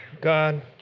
God